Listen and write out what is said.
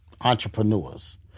entrepreneurs